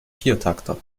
viertakter